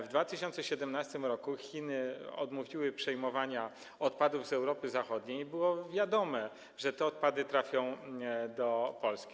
W 2017 r. Chiny odmówiły przyjmowania odpadów z Europy Zachodniej i było wiadomo, że te odpady trafią do Polski.